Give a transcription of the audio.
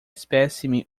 espécime